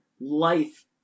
life